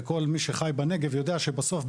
כל מי שחי בנגב יודע שבסוף,